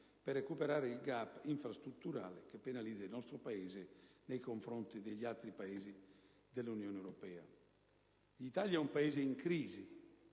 per recuperare il *gap* infrastrutturale che penalizza il nostro Paese nei confronti degli altri Paesi dell'Unione europea. L'Italia è un Paese in crisi,